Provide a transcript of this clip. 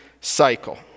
cycle